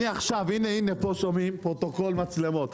אני עכשיו, הנה פה שומעים, פרוטוקול מצלמות,